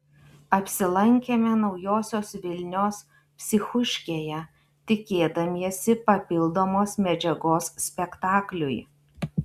apsilankėme naujosios vilnios psichuškėje tikėdamiesi papildomos medžiagos spektakliui